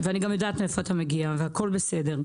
ואני גם יודעת מאיפה אתה מגיע, והכול בסדר.